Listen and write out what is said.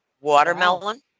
Watermelon